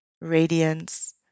radiance